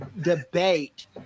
debate